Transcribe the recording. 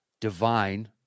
Divine